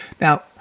Now